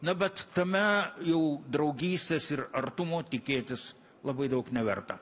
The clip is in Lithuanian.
na bet tame jau draugystės ir artumo tikėtis labai daug neverta